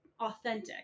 authentic